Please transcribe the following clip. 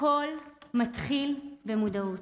הכול מתחיל במודעות.